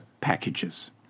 packages